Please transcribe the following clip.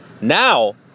now